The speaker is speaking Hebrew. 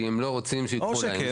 כי הם לא רוצים שייקחו להם.